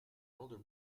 older